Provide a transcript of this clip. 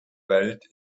welt